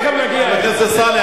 נא לא ללמד אותנו, בושה וחרפה.